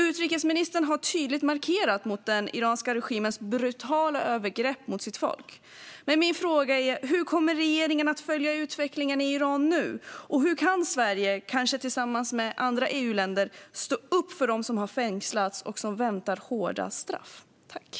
Utrikesministern har tydligt markerat mot den iranska regimens brutala övergrepp mot sitt folk. Min fråga är: Hur kommer regeringen att följa utvecklingen i Iran nu, och hur kan Sverige, kanske tillsammans med andra EU-länder, stå upp för dem som har fängslats och som har hårda straff att vänta?